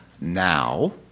now